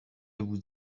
vous